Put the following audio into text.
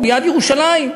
ליד ירושלים,